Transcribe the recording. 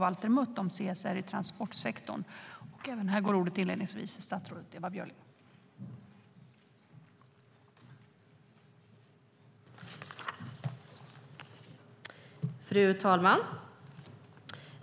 Fru talman!